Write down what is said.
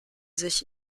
sich